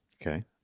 okay